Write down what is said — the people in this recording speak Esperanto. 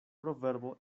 proverbo